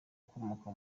akomoka